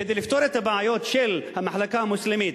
כדי לפתור את הבעיות של המחלקה המוסלמית